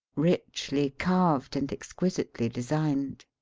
richly carved and exquisitely designed.